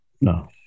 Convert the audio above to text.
No